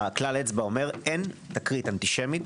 כלל האצבע הוא שאין תקרית אנטישמית